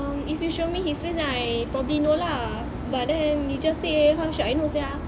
um if you show me his face I probably know lah but then you just say you how should I know sia